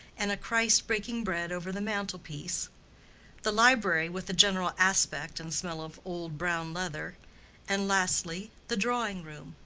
and a christ breaking bread over the mantel-piece the library with a general aspect and smell of old brown-leather and lastly, the drawing-room,